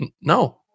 No